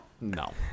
No